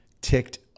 ticked